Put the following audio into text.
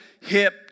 hip